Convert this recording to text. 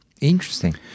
Interesting